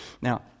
Now